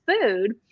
food